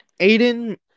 Aiden